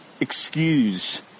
excuse